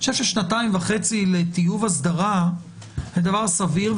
אני חושב ששנתיים וחצי לטיוב אסדרה זה דבר סביר.